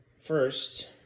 First